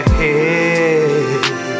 head